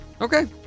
Okay